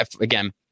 again